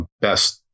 Best